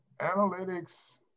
analytics